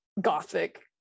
gothic